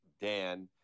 Dan